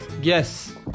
Yes